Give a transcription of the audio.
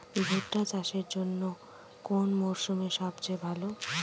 ভুট্টা চাষের জন্যে কোন মরশুম সবচেয়ে ভালো?